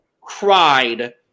cried